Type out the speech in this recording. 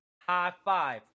high-five